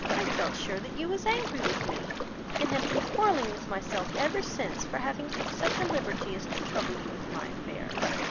i felt sure that you was angry with me and have been quarrelling with myself ever since, for having took such a liberty as to trouble you with my affairs.